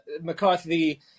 McCarthy